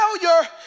failure